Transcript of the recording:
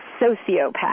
sociopath